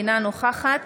אינה נוכחת